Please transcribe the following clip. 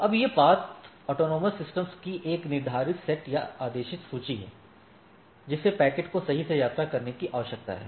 अब यह पथ स्वायत्त प्रणालियों की एक निर्धारित सेट या आदेशित सूची है जिसे पैकेट को सही से यात्रा करने की आवश्यकता है